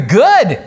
good